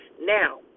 Now